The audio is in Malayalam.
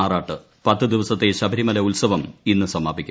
ആറാട്ട് പത്ത് ദിവസത്തെ ശബരിമല ഉത്സവം ഇന്ന് സമാപിക്കും